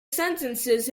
sentences